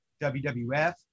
WWF